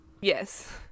Yes